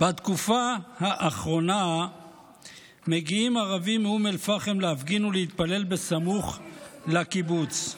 בתקופה האחרונה מגיעים ערבים מאום אל-פחם להפגין ולהתפלל בסמוך לקיבוץ.